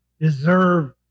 deserve